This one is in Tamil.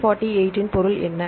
148 இன் பொருள் என்ன